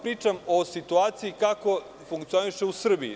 Pričam vam o situaciji, kako funkcioniše u Srbiji.